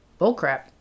bullcrap